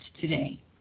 today